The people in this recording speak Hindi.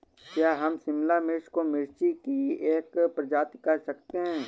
क्या हम शिमला मिर्च को मिर्ची की एक प्रजाति कह सकते हैं?